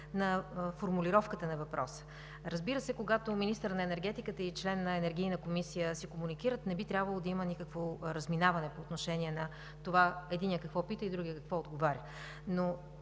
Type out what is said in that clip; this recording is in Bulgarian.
на формулировката на въпроса. Разбира се, когато министърът на енергетиката и член на Енергийна комисия си комуникират, не би трябвало да има никакво разминаване по отношение на това какво пита единият и какво отговоря